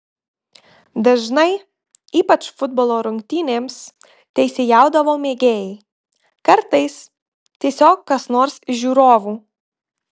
dažnai ypač futbolo rungtynėms teisėjaudavo mėgėjai kartais tiesiog kas nors iš žiūrovų